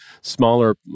smaller